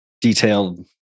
detailed